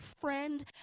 friend